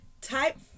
Type